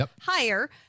higher